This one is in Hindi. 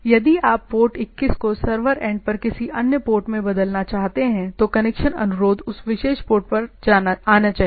यदि आप पोर्ट 21 को सर्वर एंड पर किसी अन्य पोर्ट में बदलना चाहते हैं तो कनेक्शन अनुरोध उस विशेष पोर्ट पर आना चाहिए